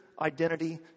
identity